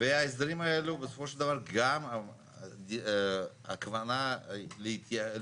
וההסדרים האלו בסופו של דבר גם הכוונה להתייחס,